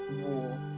war